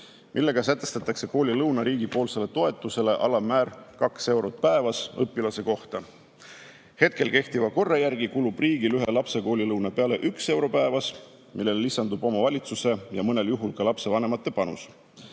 millega sätestatakse koolilõuna riigipoolse toetuse alammääraks 2 eurot päevas õpilase kohta. Hetkel kehtiva korra järgi kulub riigil ühe lapse koolilõuna peale 1 euro päevas, millele lisandub omavalitsuse ja mõnel juhul ka lapsevanema panus.